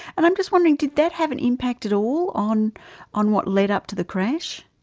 and i'm just wondering, did that have an impact at all on on what led up to the crash?